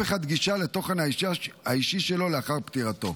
אחד גישה לתוכן האישי שלו לאחר פטירתו.